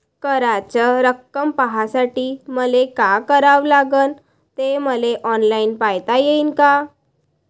कराच रक्कम पाहासाठी मले का करावं लागन, ते मले ऑनलाईन पायता येईन का?